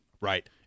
Right